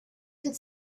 could